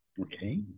Okay